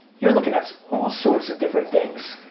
you're looking at all sorts of different things.